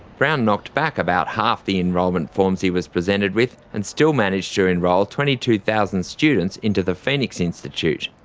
brown knocked back about half of the enrolment forms he was presented with, and still managed to enrol twenty two thousand students into the phoenix institute.